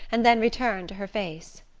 and then returned to her face.